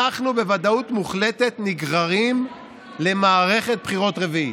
אנחנו בוודאות מוחלטת נגררים למערכת בחירות רביעית.